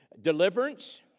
Deliverance